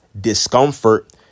discomfort